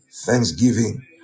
thanksgiving